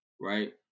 right